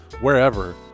wherever